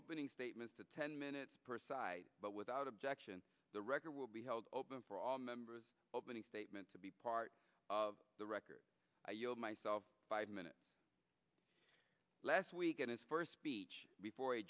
opening statements to ten minutes per side but without objection the record will be held open for all members opening statements to be part of the record yield myself five minutes last week in his first